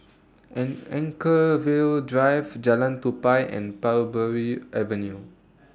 An Anchorvale Drive Jalan Tupai and Parbury Avenue